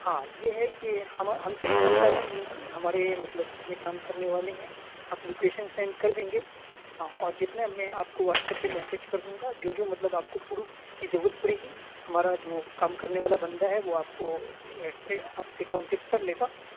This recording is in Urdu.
ہاں یہ ہے کہ ہما ہم سے تو ملاقات نہیں ہوگی ہمارے مطلب جتنے کام کرنے والے ہیں آپ لوکیشن سینڈ کر دیں گے ہاں اور جتنے میں آپ کو واٹسیپ پہ میسیج کر دوں گا جو جو مطلب آپ کو پروف کی ضرورت پڑے گی ہمارا جو کام کرنے والا بندہ ہے وہ آپ کو آپ سے کونٹیکٹ کر لے گا